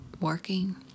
working